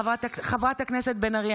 חברת הכנסת בן ארי,